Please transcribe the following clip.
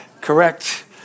Correct